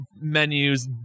menus